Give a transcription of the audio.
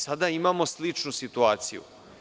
Sada imamo sličnu situaciju.